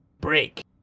Break